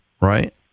right